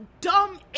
dumb